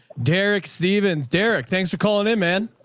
derek stevens, derek. thanks for calling him, man.